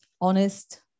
honest